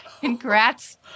Congrats